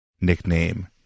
Nickname